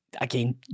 again